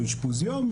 או אשפוז יום,